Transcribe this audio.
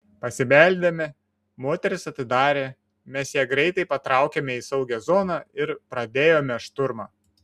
pasibeldėme moteris atidarė mes ją greitai patraukėme į saugią zoną ir pradėjome šturmą